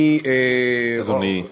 נא לסיים, אדוני.